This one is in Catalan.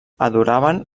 adoraven